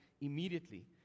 immediately